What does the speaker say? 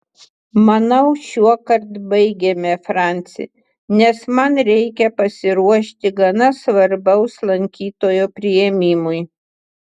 manau šiuokart baigėme franci nes man reikia pasiruošti gana svarbaus lankytojo priėmimui